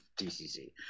DCC